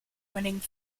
winning